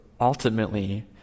ultimately